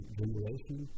generation